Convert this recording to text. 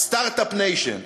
ה-start-up nation,